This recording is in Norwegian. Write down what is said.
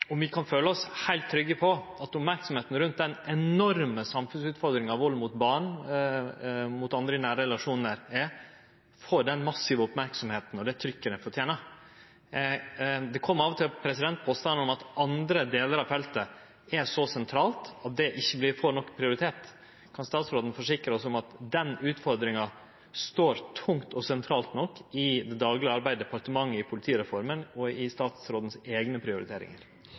om vi kan føle oss heilt trygge på at den enorme samfunnsutfordringa som vald mot barn og andre i nære relasjonar er, får den massive merksemda og det trykket ho fortener. Det kjem av og til påstandar om at andre delar av feltet er så sentrale at dette ikkje får nok prioritet. Kan statsråden forsikre oss om at den utfordringa står tungt og sentralt nok i det daglege arbeidet i departementet med politireforma, og i statsrådens eigne prioriteringar?